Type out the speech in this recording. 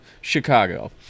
Chicago